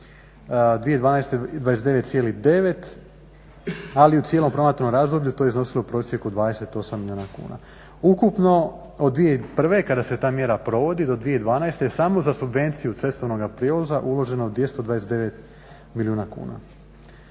u cijelom promatranom razdoblju to je iznosilo u prosjeku 28 milijuna kuna. Ukupno od 2001. kada se ta mjera provodi do 2012. samo za subvenciju cestovnog prijevoza uloženo je 229 milijuna kuna.